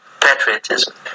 patriotism